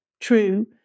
True